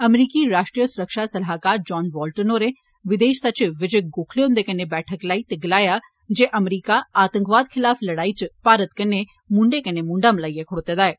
अमरीकी राश्ट्रीय सुरक्षा सलाहकार जान बोलटेन होरें विदेष सचिव विजय गोखले हुन्दे कन्नै बैठक लाई ते गलाया जे अमरीका आतंकवाद खिलाफ लड़ाई च भारत कन्नै मूडे कन्नै मूडां मलाइए खड़ोते दा ऐ